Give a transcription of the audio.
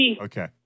Okay